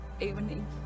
evening